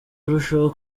arushaho